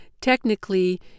technically